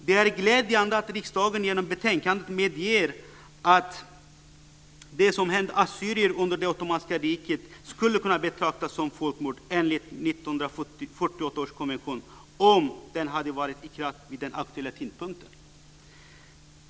Det är glädjande att riksdagen genom betänkandet medger att det som hände assyrier under det ottomanska riket skulle kunna betraktas som folkmord enligt 1948 års konvention om den hade varit i kraft vid den aktuella tidpunkten.